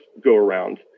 go-around